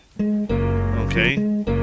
Okay